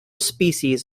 species